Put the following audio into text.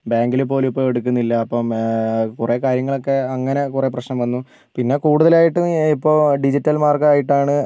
ബാങ്കിൽ പോലും ഇപ്പോൾ എടുക്കുന്നില്ല അപ്പം കുറെ കാര്യങ്ങളൊക്കെ അങ്ങനെ കുറെ പ്രശ്നം വന്നു പിന്നെ കൂടുതലായിട്ടും ഇപ്പോൾ ഡിജിറ്റൽ മാർഗ്ഗമായിട്ടാണ്